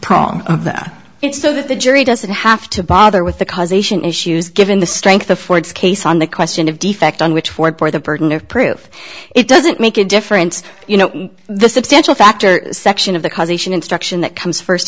prong of that it's so that the jury doesn't have to bother with the causation issues given the strength of ford's case on the question of defect on which for for the burden of proof it doesn't make a difference you know the substantial factor section of the causation instruction that comes first